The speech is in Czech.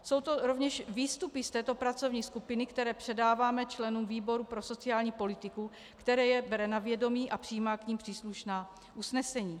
Jsou to rovněž výstupy z této pracovní skupiny, které předáváme členům výboru pro sociální politiku, který je bere na vědomí a přijímá k nim příslušná usnesení.